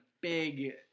big